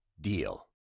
DEAL